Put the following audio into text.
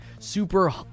super